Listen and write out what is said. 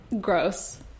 Gross